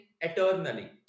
eternally